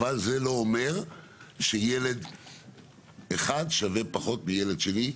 אבל זה לא אומר שילד אחד שווה פחות מילד שני,